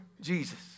Jesus